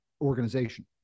organization